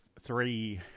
three